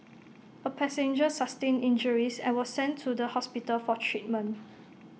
A passenger sustained injuries and was sent to the hospital for treatment